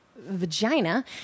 vagina